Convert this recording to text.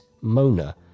Mona